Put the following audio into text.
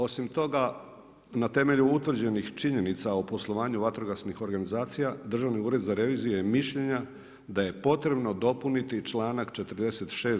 Osim toga, na temelju utvrđenih činjenica o poslovanju vatrogasnih organizacija Državni ured za reviziju je mišljenja da je potrebno dopuniti članak 46.